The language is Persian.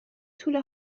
توله